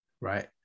right